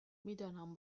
میدانم